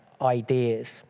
ideas